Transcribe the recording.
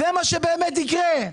זה מה שבאמת יקרה.